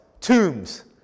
tombs